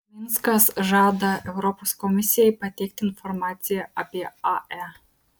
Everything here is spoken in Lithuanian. minskas žada europos komisijai pateikti informaciją apie ae